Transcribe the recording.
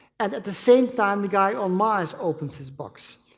and at the same time the guy on mars opens his box.